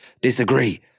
disagree